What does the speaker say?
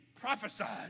prophesied